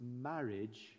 marriage